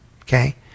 Okay